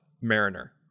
Mariner